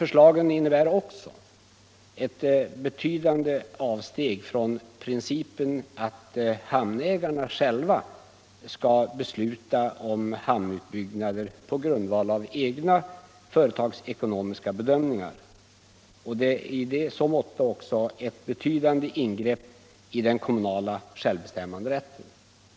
Förslagen innebär också ett betydande avsteg från principen att hamnägarna själva skall besluta om hamnutbyggnader på grundval av egna företagsekonomiska bedömningar, och i så måtto är de därför också ett betydande ingrepp i den kommunala självbestämmanderätten.